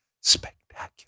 spectacular